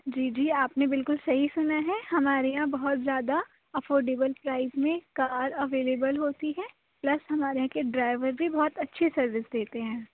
جی جی آپ نے بالکل صحیح سنا ہے ہمارے یہاں بہت زیادہ افورڈیبل پرائز میں کار اویلیبل ہوتی ہیں پلس ہمارے یہاں کے ڈرائیور بھی بہت اچھی سروس دیتے ہیں